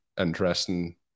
interesting